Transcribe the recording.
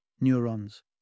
neurons